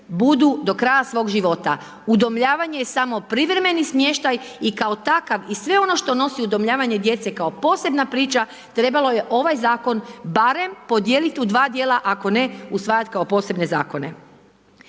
budu do kraja svog života. Udomljavanje je samo privremeni smještaj i kao takav i sve ono što nosi udomljavanje djece kao posebna priča, trebalo je ovaj zakon barem podijeliti u dva djela, ako ne usvajat kao posebne zakone.